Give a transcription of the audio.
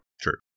sure